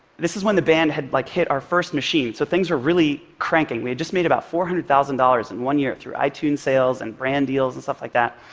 this is when the band had like hit our first machine, so things were really cranking. we had just made about four hundred thousand dollars in one year through itunes sales and brand deals and stuff like that.